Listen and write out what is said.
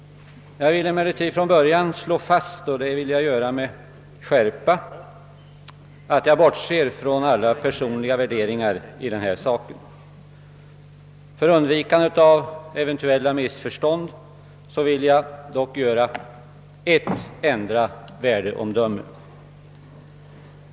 Jag vill emellertid från början slå fast — och jag gör det med skärpa — att jag bortser från alla personliga värderingar i denna sak. För undvikande av eventuella missförstånd vill jag dock avge ett enda värdeomdöme.